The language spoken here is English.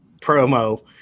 promo